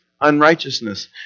unrighteousness